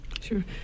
sure